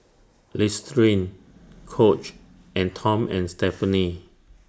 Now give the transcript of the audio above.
Listerine Coach and Tom and Stephanie